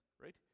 Right